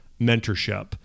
mentorship